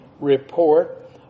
report